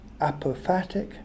apophatic